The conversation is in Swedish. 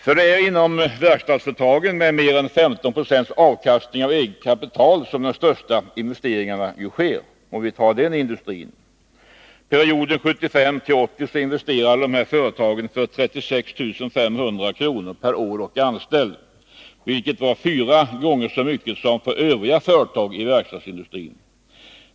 Det är ju inom verkstadsföretag — för att ta dem som exempel — med mer än 15 2 avkastning av eget kapital som de största investeringarna sker. Under perioden 1975-1980 investerade dessa företag för 36 500 kr. per år och anställd, vilket var fyra gånger så mycket som gällde för övriga företag i verkstadsindustrin.